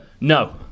No